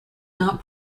not